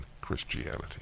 Christianity